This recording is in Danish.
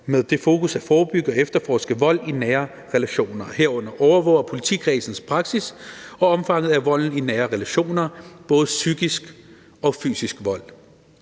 med det fokus at forebygge og efterforske vold i nære relationer, herunder overvåge politikredsenes praksis og omfanget af psykisk og fysisk vold